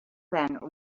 then